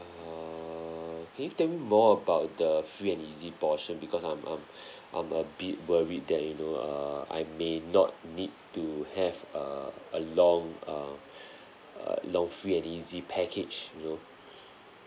err can you tell me more about the free and easy portion because I'm I'm I'm a bit worried that you know err I may not need to have err a long uh long free and easy package you know